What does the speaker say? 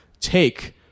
take